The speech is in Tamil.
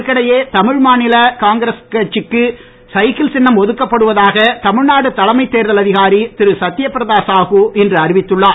இதற்கிடையே தமிழ் மாநில காங்கிரசுக்கு சைக்கிள் சின்னம் ஒதுக்கப்படுவதாக தமிழ்நாடு தலைமை தேர்தல் அதிகாரி திரு சத்யபிரதா சாஹு இன்று அறிவித்துள்ளார்